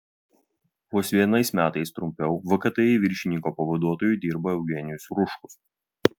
vos vienais metais trumpiau vkti viršininko pavaduotoju dirba eugenijus ruškus